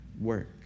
work